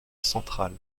centrale